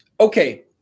Okay